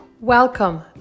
Welcome